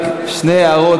רק שתי הארות,